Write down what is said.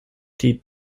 die